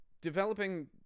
developing